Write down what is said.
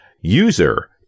user